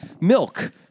milk